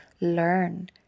learn